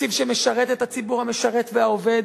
תקציב שמשרת את הציבור המשרת והעובד,